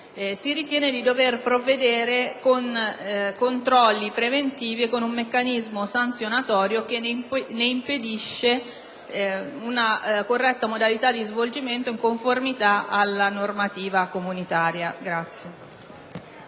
si ritiene di dover provvedere con controlli preventivi e con un meccanismo sanzionatorio che ne impedisce una corretta modalità di svolgimento in conformità alla normativa comunitaria.